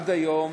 עד היום